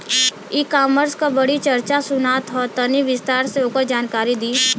E commerce क बड़ी चर्चा सुनात ह तनि विस्तार से ओकर जानकारी दी?